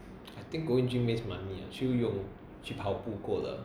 I think going gym waste money leh 去游泳去跑步够了